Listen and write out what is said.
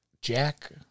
jack